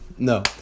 No